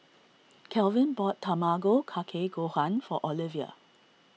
Calvin bought Tamago Kake Gohan for Olevia